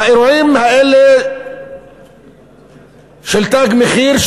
האירועים האלה של "תג מחיר",